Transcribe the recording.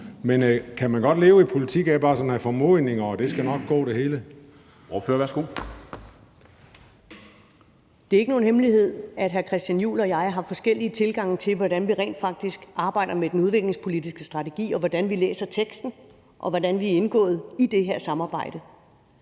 Formanden (Henrik Dam Kristensen): Ordføreren, værsgo. Kl. 13:29 Karen Ellemann (V): Det er ikke nogen hemmelighed, at hr. Christian Juhl og jeg har forskellige tilgange til, hvordan vi rent faktisk arbejder med den udviklingspolitiske strategi, hvordan vi læser teksten, og hvordan vi er indgået i det her samarbejde.